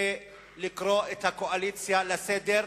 כדי לקרוא את הקואליציה לסדר.